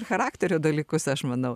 charakterio dalykus aš manau